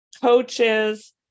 coaches